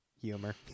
Humor